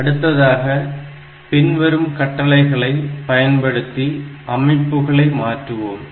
அடுத்ததாக பின்வரும் கட்டளைகளை பயன்படுத்தி அமைப்புகளை மாற்றுவோம்